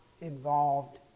involved